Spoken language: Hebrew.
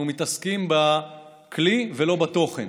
אנחנו מתעסקים בכלי ולא בתוכן.